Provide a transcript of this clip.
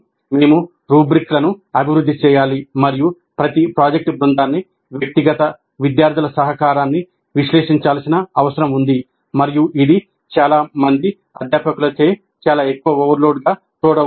మేము రుబ్రిక్లను అభివృద్ధి చేయాలి మరియు ప్రతి ప్రాజెక్ట్ బృందాన్ని వ్యక్తిగత విద్యార్థుల సహకారాన్ని విశ్లేషించాల్సిన అవసరం ఉంది మరియు ఇది చాలా మంది అధ్యాపకులచే చాలా ఎక్కువ ఓవర్లోడ్గా చూడవచ్చు